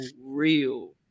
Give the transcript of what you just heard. real